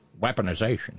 Weaponization